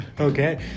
Okay